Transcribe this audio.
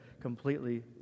completely